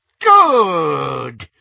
Good